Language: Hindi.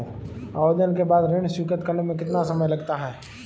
आवेदन के बाद ऋण स्वीकृत करने में कितना समय लगता है?